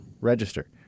register